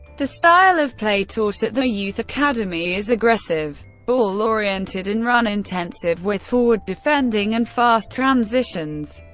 the style of play taught at the youth academy is aggressive, ball oriented, and run intensive, with forward defending and fast transitions.